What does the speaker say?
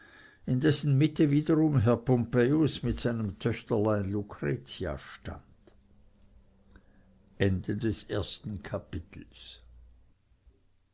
in dessen mitte wiederum herr pompejus mit seinem töchterlein lucretia stand